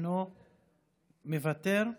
מוותר,